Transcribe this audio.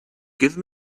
give